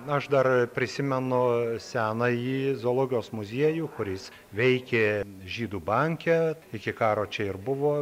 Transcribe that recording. na aš dar prisimenu senąjį zoologijos muziejų kuris veikė žydų banke iki karo čia ir buvo